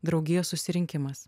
draugijos susirinkimas